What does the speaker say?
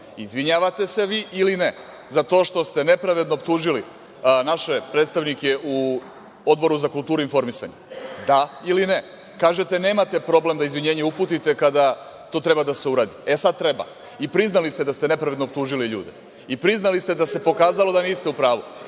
izvinjavate se vi ili ne za to što ste nepravedno optužili naše predstavnike u Odboru za kulturu i informisanje? Da ili ne? Kažete nemate problem da izvinjenje uputite kada to treba da se uradi. E, sad treba. I priznali ste da ste nepravedno optužili ljude. Priznali ste da se pokazalo da niste u pravu.